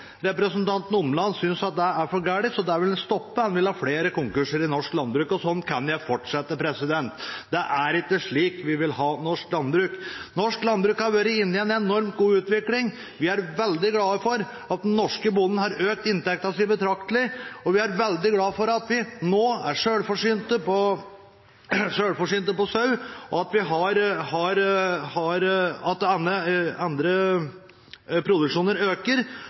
Representanten Omland synes det er for galt, så det vil han stoppe. Han vil ha flere konkurser i norsk landbruk. Sånn kan jeg fortsette. Det er ikke slik vi vil ha norsk landbruk. Norsk landbruk har vært inne i en enormt god utvikling. Vi er veldig glad for at den norske bonden har økt sin inntekt betraktelig. Vi er veldig glad for at vi nå er selvforsynte på sau, at andre produksjoner øker, at vi